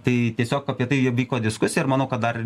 tai tiesiog apie tai vyko diskusija ir manau kad dar